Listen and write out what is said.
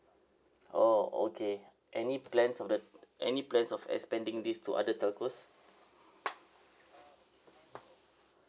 oh okay any plans of the any plans of expanding these two other telcos